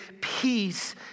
peace